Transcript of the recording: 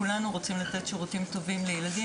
כולנו רוצים לתת שירותים טובים לילדים